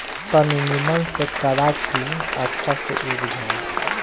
तनी निमन से करा की अच्छा से उग जाए